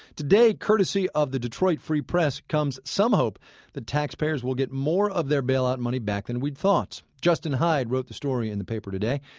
today, courtesy of the detroit free press, comes some hope that taxpayers will get more of their bailout money back than we'd thought justin hyde wrote the story in the paper today.